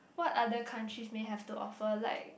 what other countries may have to offer like